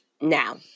Now